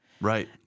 Right